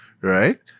right